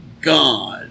God